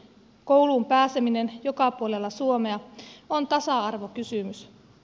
kouluun pääseminen joka puolella suomea on tasa arvokysymys